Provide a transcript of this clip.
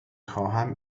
خواهم